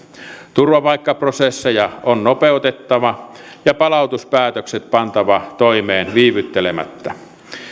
turvapaikkaprosesseja on nopeutettava ja palautuspäätökset pantava toimeen viivyttelemättä